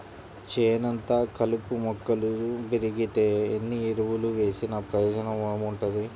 చేనంతా కలుపు మొక్కలు బెరిగితే ఎన్ని ఎరువులు వేసినా ప్రయోజనం ఏముంటది